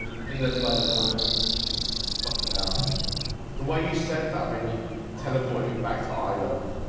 i think that's by design fuckin hell the way you said that made me teleported me back to island